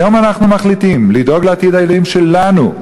היום אנחנו מחליטים לדאוג לעתיד הילדים שלנו,